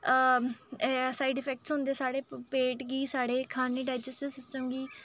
अ side effects होंदे साढ़े पेट गी साढ़े खाने च डाइजेस्ट सिस्टम गी